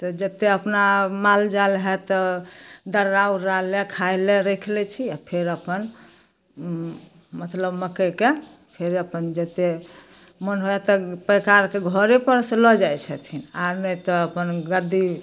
तऽ जतेक अपना मालजाल हइ तऽ दर्रा उर्रालए खाइलए राखि लै छी आओर फेर अपन मतलब मकइके फेर अपन जतेक मोन होइए तऽ पैकारके घरेपरसँ लऽ जाइ छथिन आओर नहि तऽ अपन गद्दी